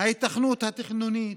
ההיתכנות התכנונית,